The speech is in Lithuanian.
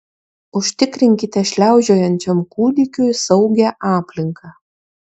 užtikrinkite šliaužiojančiam kūdikiui saugią aplinką